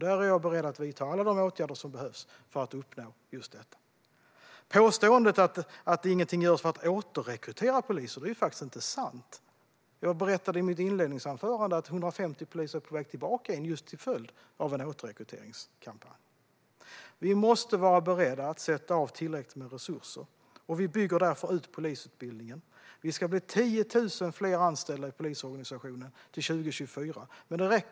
Där är jag beredd att vidta alla de åtgärder som behövs för att uppnå just detta. Påståendet att ingenting görs för att återrekrytera poliser är faktiskt inte sant. Jag berättade i mitt inledningsanförande att 150 poliser är på väg tillbaka just till följd av en återrekryteringskampanj. Vi måste vara beredda att sätta av tillräckligt med resurser, och vi bygger därför ut polisutbildningen. Det ska bli 10 000 fler anställda i polisorganisationen till 2024.